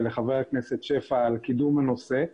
ולחבר הכנסת שפע על קידום הנושא.